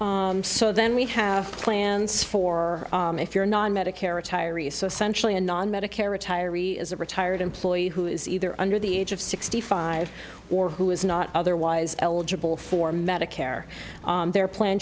in so then we have plans for if you're not on medicare retirees so essentially a non medicare retirees is a retired employee who is either under the age of sixty five or who is not otherwise eligible for medicare their plan